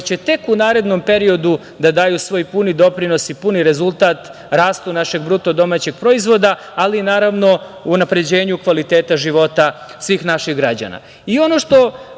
će tek u narednom periodu da daju svoj puni doprinos i puni rezultat rastu našeg BDP-a, ali naravno i unapređenju kvaliteta života svih naših građana. Ono